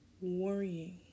worrying